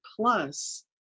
plus